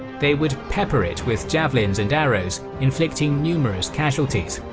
they would pepper it with javelins and arrows, inflicting numerous casualties.